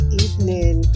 evening